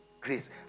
Grace